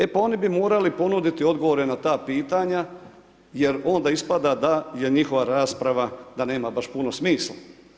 E pa oni bi morali ponuditi odgovore na ta pitanja, jer onda ispada da je njihova rasprava, da nema baš puno smisla.